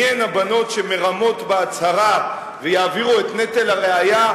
מיהן הבנות שמרמות בהצהרה ויעבירו אליהן את נטל הראיה,